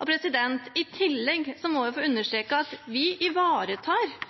I tillegg må jeg få understreke at vi ivaretar